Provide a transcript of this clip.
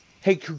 Hey